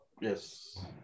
Yes